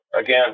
again